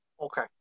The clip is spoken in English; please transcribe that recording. Okay